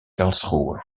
karlsruhe